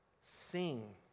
Sing